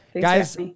Guys